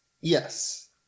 Yes